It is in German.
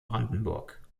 brandenburg